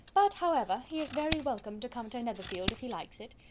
but, however, he is very welcome to come to netherfield, if he likes it.